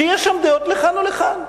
שיש בהם דעות לכאן ולכאן.